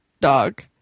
dog